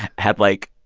had, like,